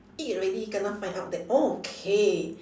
eat already kena find out that okay